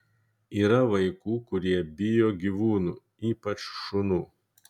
yra vaikų kurie bijo gyvūnų ypač šunų